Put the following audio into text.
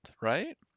right